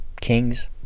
kings